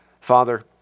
Father